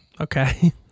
okay